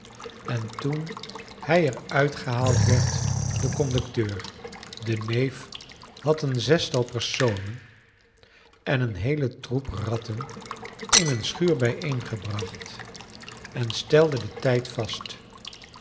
en toen hij er uitgehaald werd den conducleur de neef had een zestal personen en een heelen troep ratten in een schuur bijeengebracht en stelde den tijd vast